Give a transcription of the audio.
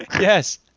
Yes